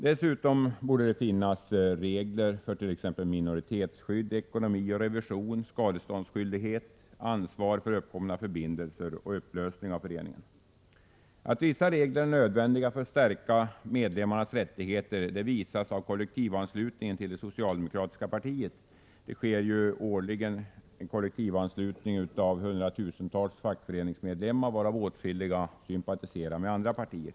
Dessutom borde det finnas regler för t.ex. minoritetsskydd, ekonomi och revision, skadeståndsskyldighet, ansvar för ingångna förbindelser och upplösning av förening. Att vissa regler är nödvändiga för att stärka medlemmarnas rättigheter visas av kollektivanslutningen till det socialdemokratiska partiet. Det sker årligen kollektivanslutning av hundratusentals fackföreningsmedlemmar, varav åtskilliga sympatiserar med andra partier.